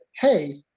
hey